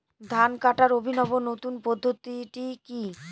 ধান কাটার অভিনব নতুন পদ্ধতিটি কি?